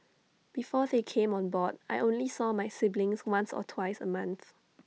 before they came on board I only saw my siblings once or twice A month